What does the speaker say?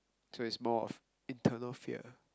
so it's more internal fear